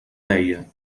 deia